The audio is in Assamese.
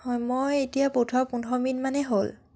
হয় মই এতিয়া পঠোৱা পোন্ধৰ মিনিটমানেই হ'ল